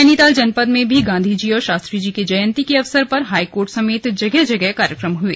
नैनीताल जनपद में भी गांधीजी और शास्त्रीजी की जयंती के अवसर पर हाईकोर्ट समेत जगह जगह कार्यक्रम हुए